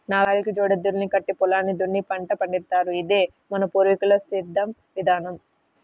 నాగలికి జోడెద్దుల్ని కట్టి పొలాన్ని దున్ని పంట పండిత్తారు, ఇదే మన పూర్వీకుల సేద్దెం విధానం